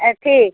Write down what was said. अथी